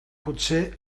potser